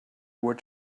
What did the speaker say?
were